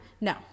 No